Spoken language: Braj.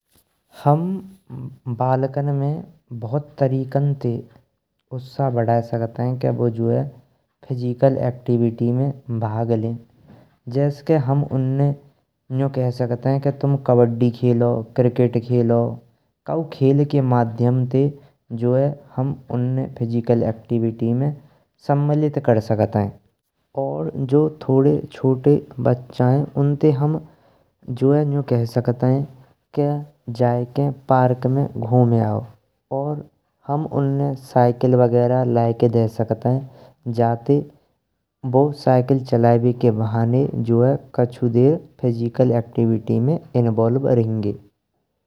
हम बाल्कन में बहुत तरहन ते उत्साह बढ़ाय सकतें, के बउ जो है फिजिकल एक्टिविटी में भाग लें। हम उन्ने जु कइ सकत हौं के तुम कबड्डी खेलो क्रिकेट खेलो काऊ खेल के माध्यम ते जो है, हम उन्ने फिजिकल एक्टिविटी में समलित कर सकतें। और जो है थोड़े छोटे बचनें उनते हम जो है, जू कइ सकतें के जायके पार्क में घुम आयो हम उन्ने साइकिल वगैरा लाय कें दे सकत हौं। जाते बउ साइकिल चलायेवे के बहाने कछु देर फिजिकल एक्टिविटी में इन्वॉल्व रईंगे।